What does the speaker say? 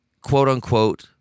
quote-unquote